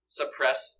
suppress